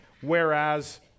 Whereas